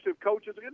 coaches